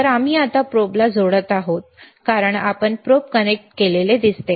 तर आम्ही आता प्रोबला जोडत आहोत कारण आपण प्रोब कनेक्ट केलेले दिसते